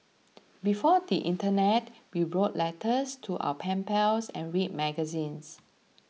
before the Internet we wrote letters to our pen pals and read magazines